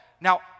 Now